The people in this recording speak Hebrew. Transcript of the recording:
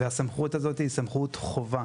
והסמכות הזאת היא סמכות חובה.